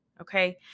Okay